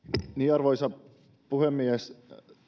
arvoisa puhemies